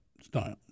style